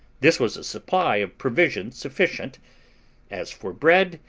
this was a supply of provisions sufficient as for bread,